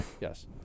yes